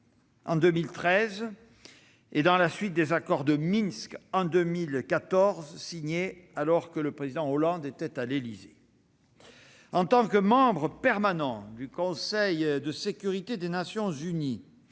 en 2013, et ensuite avec les accords de Minsk de 2014, signés alors que le président Hollande était à l'Élysée. En tant que membre permanent du Conseil de sécurité des Nations unies,